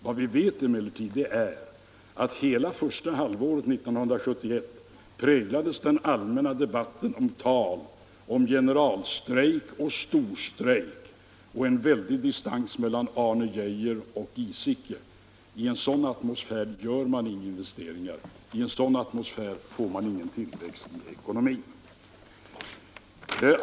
Vad vi vet är emellertid att hela första halvåret 1971 präglades den allmänna debatten av tal om generalstrejk och storstrejk och en väldig distans mellan Arne Geijer och Giesecke. I en sådan atmosfär gör man inga investeringar, i en sådan atmosfär får man ingen tillväxt i ekonomin.